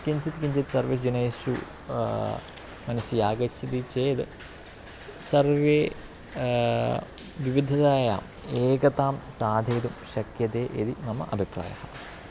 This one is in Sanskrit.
किञ्चित् किञ्चित् सर्वे जनेषु मनसि आगच्छति चेद् सर्वे विविधतायाम् एकतां साधयितुं शक्यते यदि मम अभिप्रायः